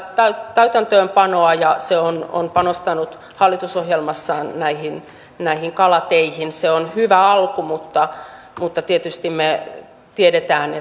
täytäntöönpanoa ja se on on panostanut hallitusohjelmassaan näihin näihin kalateihin se on hyvä alku mutta mutta tietysti me tiedämme